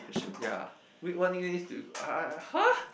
ya wait what nicknames do you go I I I !huh!